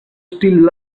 still